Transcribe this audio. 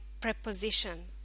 preposition